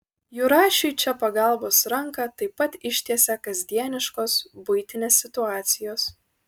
jurašiui čia pagalbos ranką taip pat ištiesia kasdieniškos buitinės situacijos